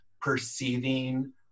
perceiving